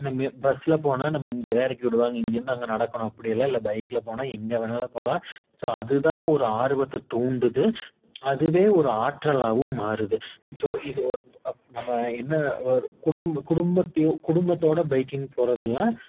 இந்த பஸ்ஸில் போனால் நம்ம இங்கே தான் இறக்கிவுடுவாங்க இங்கேயிருந்து அங்கே நடக்கணும் அப்படியெல்லாம் இல்லை பைக்கில் போனால் எங்கே வேணாலும் போகலாம் ஸோ அதுதான் ஒரு ஆர்வத்தை தூண்டுது அதுவே ஒரு ஆற்றலாகவும் மாறுது ஸோ இது ஒரு நம்ம என்ன ஒரு குடும்பம் குடும்பத்தையோ குடும்பத்தோடு பைக்கிங் போகிறதெல்லாம்